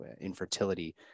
infertility